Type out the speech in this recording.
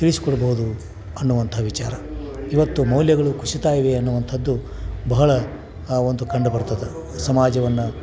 ತಿಳಿಸಿಕೊಡ್ಬೋದು ಅನ್ನುವಂಥ ವಿಚಾರ ಇವತ್ತು ಮೌಲ್ಯಗಳು ಕುಸೀತಾ ಇವೆ ಅನ್ನುವಂಥದ್ದು ಬಹಳ ಆ ಒಂದು ಕಂಡು ಬರ್ತದೆ ಸಮಾಜವನ್ನು